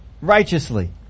righteously